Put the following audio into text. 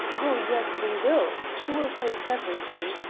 oh, yes, we will. she will tell us everything.